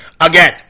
Again